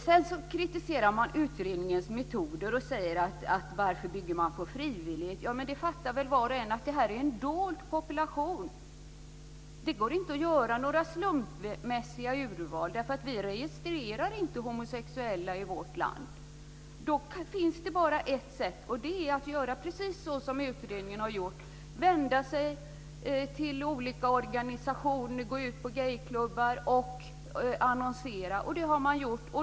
Sedan kritiserar man utredningens metoder och frågar: Varför bygger man på frivillighet? Ja, men det fattar ju var och en att detta är en dold population. Det går inte att göra några slumpmässiga urval. Homosexuella registreras inte i vårt land. Då finns det bara ett sätt, och det är att göra precis så som utredningen har gjort, nämligen att vända sig till olika organisationer, gå ut på gayklubbar och annonsera.